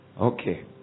Okay